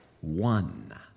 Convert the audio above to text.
one